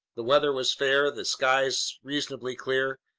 the weather was fair, the skies reasonably clear,